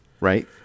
Right